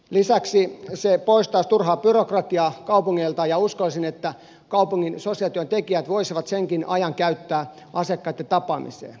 lisäksi se poistaisi turhaa byrokratiaa kaupungeilta ja uskoisin että kaupungin sosiaalityöntekijät voisivat senkin ajan käyttää asiakkaitten tapaamiseen